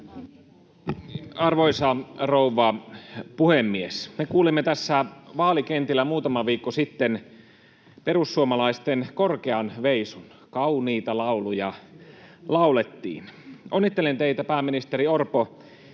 Arvoisa rouva puhemies! Me kuulimme tässä vaalikentillä muutama viikko sitten perussuomalaisten korkean veisun, kauniita lauluja laulettiin. Onnittelen teitä, pääministeri Orpo,